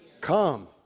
Come